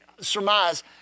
surmise